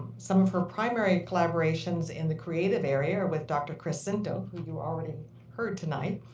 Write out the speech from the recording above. some of her primary collaborations in the creative area are with dr. chris scinto, who you already heard tonight.